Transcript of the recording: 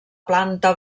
planta